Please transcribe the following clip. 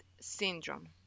syndrome